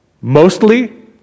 Mostly